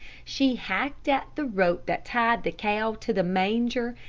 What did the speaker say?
she hacked at the rope that tied the cow to the manger,